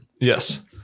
Yes